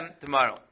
tomorrow